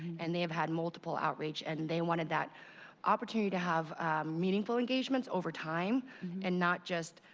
and they have had multiple outreach and they wanted that opportunity to have meaningful engagements overtime and not just,